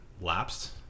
lapsed